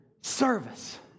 service